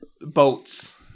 boats